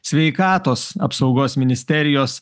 sveikatos apsaugos ministerijos